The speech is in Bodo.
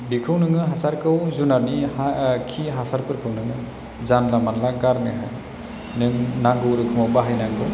बेखौ नोंङो हासारखौ जुनातनि हा खि हासारफोरखौ नोङो जानला मोनला गारनो नों नांगौ रोखोमाव बाहायनांगौ